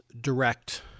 direct